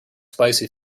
spicy